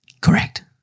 Correct